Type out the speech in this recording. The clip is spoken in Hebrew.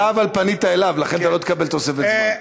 אבל אתה פנית אליו, לכן לא תקבל תוספת זמן.